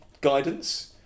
guidance